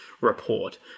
report